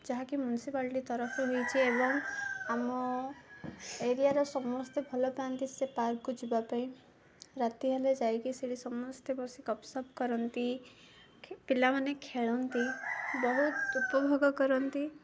ଯାହାକି ମ୍ୟୁନସିପାଲଟି ତରଫରୁ ହେଇଛି ଏବଂ ଆମ ଏରିଆର ସମସ୍ତେ ଭଲ ପାଆନ୍ତି ସେ ପାର୍କକୁ ଯିବା ପାଇଁ ରାତି ହେଲେ ଯାଇକି ସେଠି ସମସ୍ତେ ବସି ଗପ୍ସପ୍ କରନ୍ତି ପିଲାମାନେ ଖେଳନ୍ତି ବହୁତ ଉପଭୋଗ କରନ୍ତି